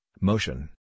motion